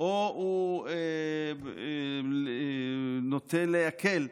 או הוא נוטה להקל,